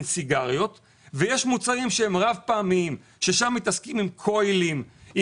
סיגריות ויש מוצרים שהם רב פעמיים ושם מתעסקים עם החלפות,